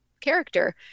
character